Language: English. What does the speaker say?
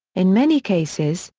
in many cases,